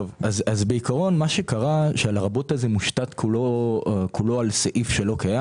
בעקרון מה שקרה זה של"הלרבות" מושתת כולו על סעיף שלא קיים.